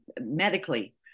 medically